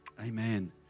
Amen